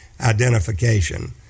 identification